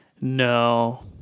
No